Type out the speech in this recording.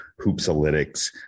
Hoopsalytics